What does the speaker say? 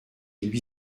lui